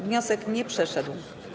Wniosek nie przeszedł.